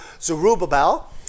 Zerubbabel